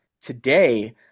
today